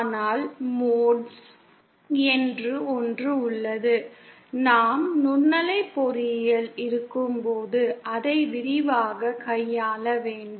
ஆனால் மோட்ஸ் என்று ஒன்று உள்ளது நாம் நுண்ணலை பொறியியல் இருக்கும்போது அதை விரிவாகக் கையாள வேண்டும்